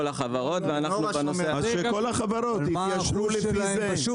אז שכל החברות יתיישרו לפי זה.